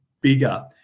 bigger